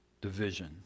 division